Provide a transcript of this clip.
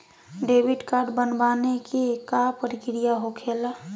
Debit card बनवाने के का प्रक्रिया होखेला?